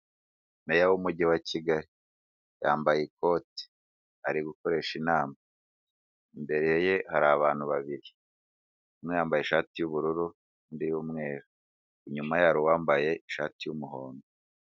Meya w'umujyi wa Kigali yambaye ikote ari gukoresha inama, imbere ye hari abantu babiri; umwe yambaye ishati y'ubururu, undi iy'umweru. Inyuma ye hari uwambaye ishati y'umuhondo.